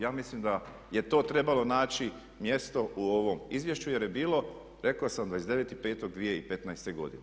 Ja mislim da je to trebalo naći mjesto u ovom izvješću jer je bilo, rekao sam 29.5.2015. godine.